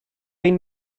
ein